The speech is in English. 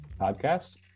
Podcast